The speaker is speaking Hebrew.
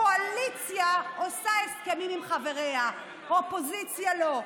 קואליציה עושה הסכמים עם חבריה, אופוזיציה לא.